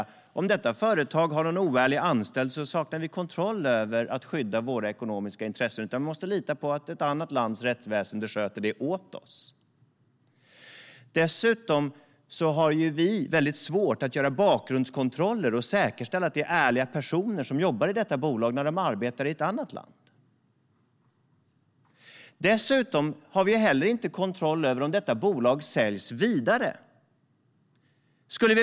Om företaget har en oärlig anställd saknar vi kontroll för att skydda våra ekonomiska intressen, utan vi måste lita på att ett annat lands rättsväsen sköter det åt oss. Dessutom har vi svårt att göra bakgrundskontroller och säkerställa att det är ärliga personer som arbetar i detta bolag eftersom de arbetar i ett annat land. Vi har heller inte kontroll över om detta bolag säljs vidare.